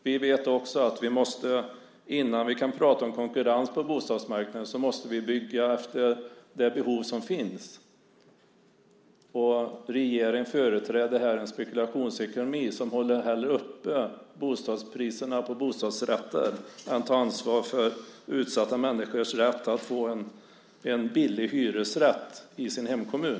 Vi vet också att innan vi kan prata om konkurrens på bostadsmarknaden måste vi bygga utifrån de behov som finns. Regeringen företräder här en spekulationsekonomi som hellre håller upp priserna på bostadsrätter än tar ansvar för utsatta människors rätt att få en billig hyresrätt i sin hemkommun.